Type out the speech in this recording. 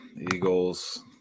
Eagles